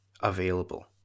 available